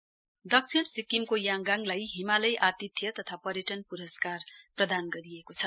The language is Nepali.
अवार्ड दक्षिण सिक्किमको याङगाङलाई हिमालय आतिथ्य तथा पर्यटन पुरस्कार प्रदान गरिएको छ